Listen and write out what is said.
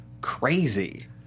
crazy